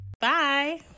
Bye